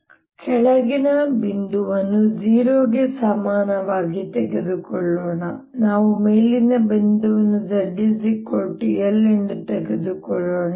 ನಾವು ಕೆಳಗಿನ ಬಿಂದುವನ್ನು 0 ಗೆ ಸಮಾನವಾಗಿ ತೆಗೆದುಕೊಳ್ಳೋಣ ನಾವು ಮೇಲಿನ ಬಿಂದುವನ್ನು z L ಎಂದು ತೆಗೆದುಕೊಳ್ಳೋಣ